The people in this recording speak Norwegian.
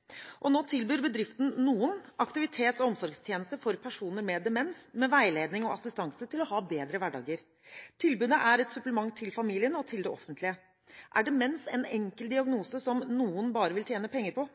selv. Nå tilbyr bedriften Noen aktivitet og omsorgstjenester for personer med demens med veiledning og assistanse til å ha bedre hverdager. Tilbudet er et supplement til familien og til det offentlige. Er demens en enkel diagnose som Noen bare vil tjene penger på?